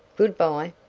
good-bye.